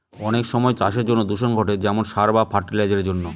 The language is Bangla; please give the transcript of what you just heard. অনেক সময় চাষের জন্য দূষণ ঘটে যেমন সার বা ফার্টি লাইসারের জন্য